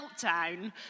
meltdown